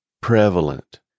prevalent